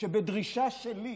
בדרישה שלי,